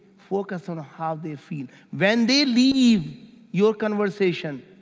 focus on how they feel. when they leave your conversation,